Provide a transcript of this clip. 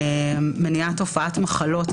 גם לגבי מניעת תופעת מחלות,